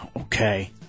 Okay